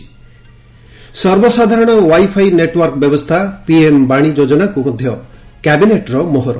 ସର୍ବର୍ବସାଧାରଣ wifi network ବ୍ୟବସ୍ଥା 'PM ୱାଣି' ଯୋଜନାକୁ ମଧ୍ୟ କ୍ୟାବିନେଟ୍ର ମୋହର